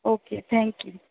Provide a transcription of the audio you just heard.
okay thank you